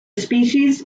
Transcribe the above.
species